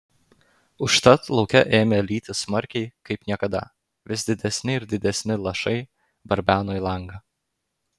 užtat lauke ėmė lyti smarkiai kaip niekada vis didesni ir didesni lašai barbeno į langą